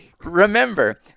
Remember